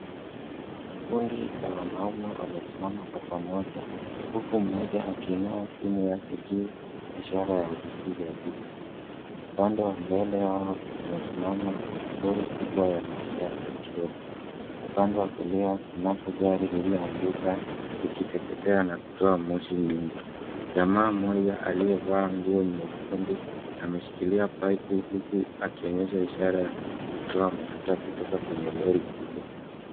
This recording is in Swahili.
Kundi la wanaume wamesimama kwa pamoja huku mmoja akiinua simu yake juu ishara ya uchukuzi wa picha, upande wa mbele wao kumesimama lori kubwa ya mafuta ya petroli, upande wa kulia panapo gari lililoanguka likiteketea na kutoa moshi nyingi jamaa mmoja aliyevaa nguo nyekundu ameshikilia paipu huku akionyesha kutoa mafuta kutoka kwenye lori kubwa.